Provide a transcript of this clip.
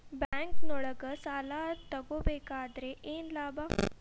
ಬ್ಯಾಂಕ್ನೊಳಗ್ ಸಾಲ ತಗೊಬೇಕಾದ್ರೆ ಏನ್ ಲಾಭ?